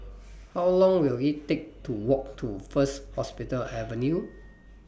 How Long Will IT Take to Walk to First Hospital Avenue